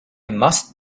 must